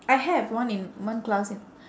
I have one in one class in